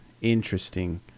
interesting